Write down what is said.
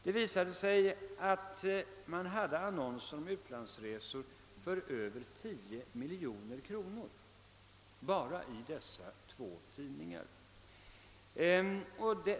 Det visade sig att det förekom annonser om utlandsresor för över 10 miljoner kronor bara i dessa två tidningar.